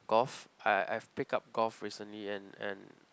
golf I I've picked up golf recently and and